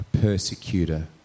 persecutor